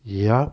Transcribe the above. ya